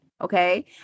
Okay